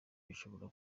bishobora